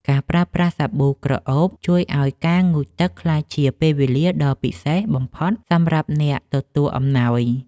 ការប្រើប្រាស់សាប៊ូក្រអូបជួយឱ្យការងូតទឹកក្លាយជាពេលវេលាដ៏ពិសេសបំផុតសម្រាប់អ្នកទទួលអំណោយ។